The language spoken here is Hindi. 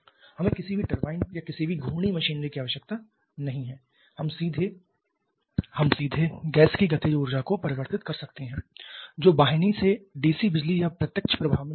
हमें किसी भी टर्बाइन या किसी भी घूर्णी मशीनरी की आवश्यकता नहीं है हम सीधे गैस की गतिज ऊर्जा को परिवर्तित कर सकते हैं जो वाहिनी से डीसी बिजली या प्रत्यक्ष प्रवाह में बह रही है